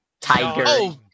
Tiger-